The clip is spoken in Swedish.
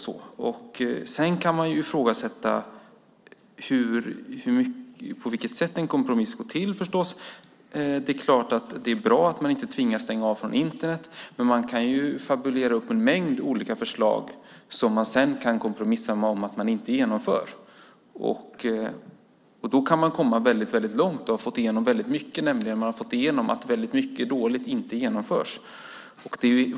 Sedan kan det förstås ifrågasättas på vilket sätt en kompromiss går till. Det är klart att det är bra att vi inte tvingas stänga av från Internet, men man kan ju fabulera ihop en mängd olika förslag som man sedan kan kompromissa om att inte genomföra. Då kan man komma långt och ha fått igenom mycket, eftersom man har fått igenom att mycket dåligt inte genomförs.